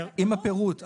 הפירוט.